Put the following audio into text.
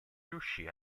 riuscì